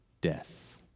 death